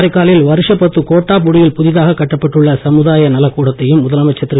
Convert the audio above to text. காரைக்காலில் வருஷப்பத்து கோட்டாப்புடியில் புதிதாகக் கட்டப்பட்டுள்ள சமுதாய நலக்கூடத்தையும் முதலமைச்சர் திரு